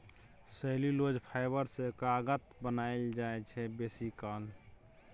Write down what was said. cellulose fibre सँ कागत बनाएल जाइ छै बेसीकाल